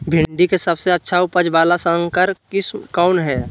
भिंडी के सबसे अच्छा उपज वाला संकर किस्म कौन है?